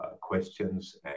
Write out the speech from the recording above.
questions